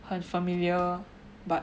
很 familiar but